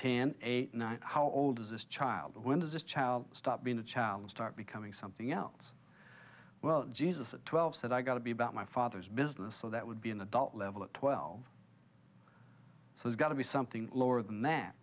night how old is this child when does a child stop being a child and start becoming something else well jesus at twelve said i got to be about my father's business so that would be an adult level at twelve so it's got to be something lower than that